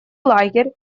лагерь